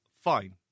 Fine